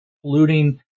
polluting